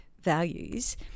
values